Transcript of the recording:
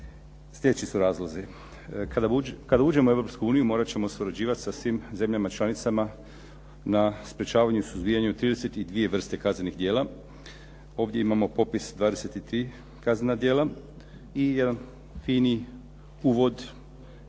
slijedeći su razlozi. Kada uđemo u Europsku uniju morat ćemo surađivati sa svim zemljama članicama na sprečavanju i suzbijanju 32 vrste kaznenih djela. Ovdje imamo popis 23 kaznena djela i jedan fini uvod,